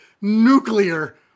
nuclear